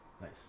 Nice